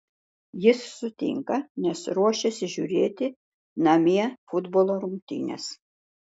jis sutinka nes ruošiasi žiūrėti namie futbolo rungtynes